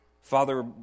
Father